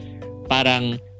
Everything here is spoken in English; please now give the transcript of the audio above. parang